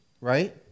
right